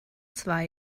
zwei